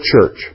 church